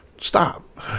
stop